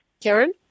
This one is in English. Karen